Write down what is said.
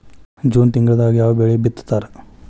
June ತಿಂಗಳದಾಗ ಯಾವ ಬೆಳಿ ಬಿತ್ತತಾರ?